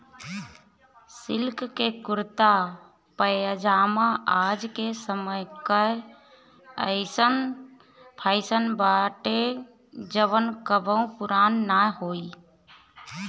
silk के कुरता पायजामा आज के समय कअ अइसन फैशन बाटे जवन कबो पुरान नाइ होई